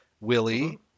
Willie